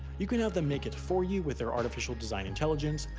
you can have them make it for you with their artificial design intelligence,